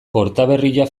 kortaberria